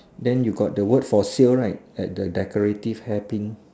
then you got the word for sale right at the decorative hair pin